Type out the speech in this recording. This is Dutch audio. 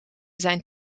zijn